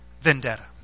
vendetta